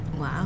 Wow